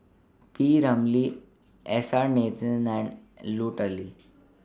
P Ramlee S R Nathan and Lut Ali